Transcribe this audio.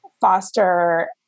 foster